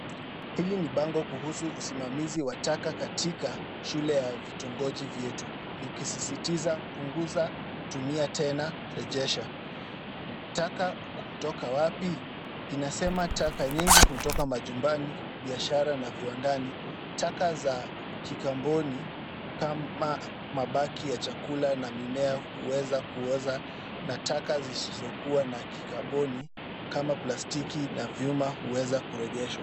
Hili ni bango kuhusu usimamizi wa taka katika shule ya vitongoji vyetu likisisitiza punguza, tumia tena, rejesha. Taka kutoka wapi? Inasema taka nyingi hutoka majumbani, biashara na viwandani. Taka za kikaboni kama mabaki ya chakula na mimea huweza kuoza na taka zisizokuwa na kikaboni kama plastiki na vyuma huweza kurejeshwa.